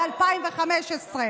באיזה סעיף אנחנו פה?